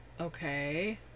Okay